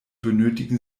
benötigen